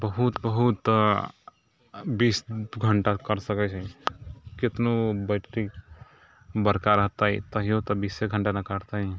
बहुत बहुत तऽ बीस घण्टा करि सकै छै कतनो बैटरी बड़का रहतै तैओ तऽ बीसे घण्टा ने करतै